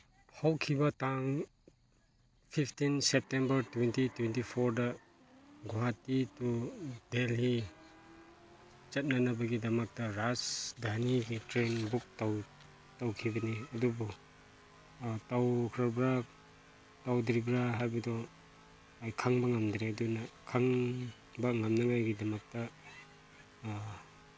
ꯍꯧꯈꯤꯕ ꯇꯥꯡ fifteen September twenty twenty ꯐꯣꯔꯗ ꯒꯨꯍꯥꯇꯤ ꯇꯨ ꯗꯦꯜꯍꯤ ꯆꯠꯅꯅꯕꯒꯤꯗꯃꯛ ꯔꯥꯖꯙꯥꯅꯤꯒꯤ ꯇ꯭ꯔꯦꯟ ꯕꯨꯛ ꯇꯧꯈꯤꯕꯅꯤ ꯑꯗꯨꯕꯨ ꯇꯧꯈ꯭ꯔꯕ꯭ꯔ ꯇꯧꯗ꯭ꯔꯤꯕ꯭ꯔ ꯍꯥꯏꯕꯗꯨ ꯑꯩ ꯈꯪꯕ ꯉꯝꯗ꯭ꯔꯦ ꯑꯗꯨꯅ ꯈꯪꯕ ꯉꯝꯅꯉꯥꯏꯒꯤꯗꯃꯛꯇ